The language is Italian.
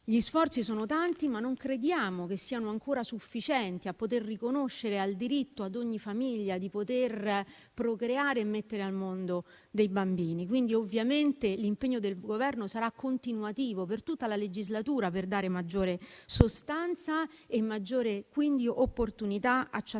gli sforzi sono tanti, ma non crediamo che siano ancora sufficienti a poter riconoscere ad ogni famiglia il diritto di procreare e mettere al mondo bambini, quindi l'impegno del Governo sarà continuativo per tutta la legislatura, per dare maggiore sostanza e opportunità a ciascun cittadino.